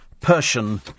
Persian